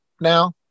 now